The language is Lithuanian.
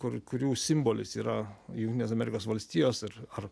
kur kurių simbolis yra jungtinės amerikos valstijos ir ar